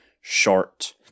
short